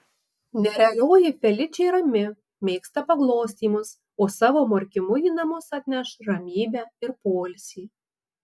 nerealioji feličė rami mėgsta paglostymus o savo murkimu į namus atneš ramybę ir poilsį